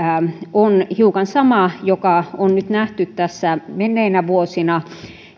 on hiukan sama joka on nyt nähty menneinä vuosina